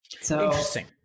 Interesting